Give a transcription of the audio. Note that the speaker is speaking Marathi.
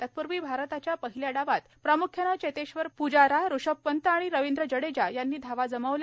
तत्पूर्वी भारताच्या पहिल्या डावात प्रामुख्याने चेतेश्वर पुजारा ऋषभ पंत आणि रविंद्र जडेजा यांनी धावा जमवल्या